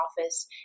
office